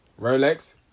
Rolex